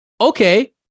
okay